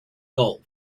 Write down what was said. gold